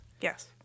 Yes